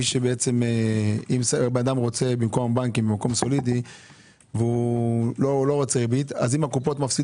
אם אדם רוצה במקום בנקים מקום סולידי ולא רוצה ריבית - הבנקים,